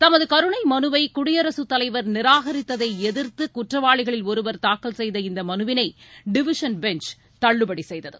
தமது கருணை மனுவை குடியரசுத் தலைவர் நிராகரித்ததை எதிர்த்து குற்றவாளிகளில் ஒருவர் தாக்கல் செய்த இந்த மனுவினை டிவிசன் பெஞ்ச் தள்ளுபடி செய்தது